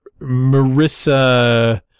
Marissa